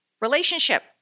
Relationship